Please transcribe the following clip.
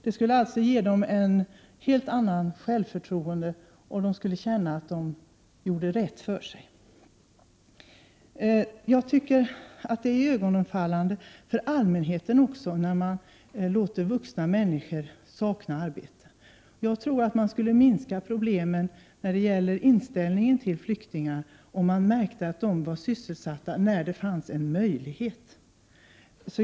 Det skulle ge dem ett helt annat självförtroende, och de skulle känna att de gjorde rätt för sig. Jag tycker att det är iögonenfallande för allmänheten när man låter vuxna människor sakna arbete. Jag tror att man skulle minska problemen när det gäller inställningen till flyktingar om det märktes att de var sysselsatta när det funnes en möjlighet.